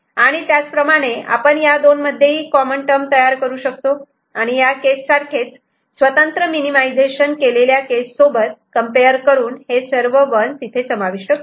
आणि त्याच प्रमाणे आपण या दोन मध्ये ही कॉमन टर्म तयार करू शकतो आणि या केस सारखेच स्वतंत्रपणे मिनिमिझेशन केलेल्या केस सोबत कम्पेअर करून हे सर्व 1's इथे समाविष्ट करू